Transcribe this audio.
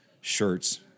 shirts